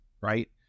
Right